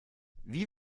wie